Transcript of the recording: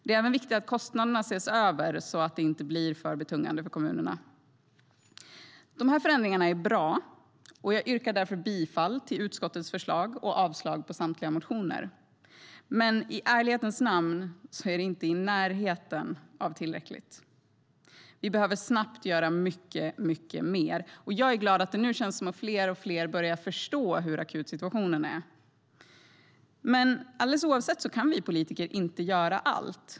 Det är även viktigt att kostnaderna ses över så att det inte blir för betungande för kommunerna.De här förändringarna är bra. Jag yrkar därför bifall till utskottets förslag och avslag på samtliga motioner. Men i ärlighetens namn är det inte i närheten av tillräckligt. Vi behöver snabbt göra mycket mer. Jag är glad över att det nu känns som att fler och fler börjar förstå hur akut situationen är. Men alldeles oavsett kan vi politiker inte göra allt.